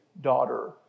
daughter